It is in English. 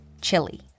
chili